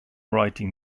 writing